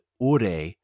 ure